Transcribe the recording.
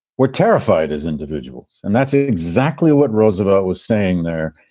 we're terrified as individuals. and that's exactly what roosevelt was saying there.